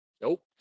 Nope